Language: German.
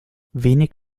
wenig